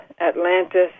Atlantis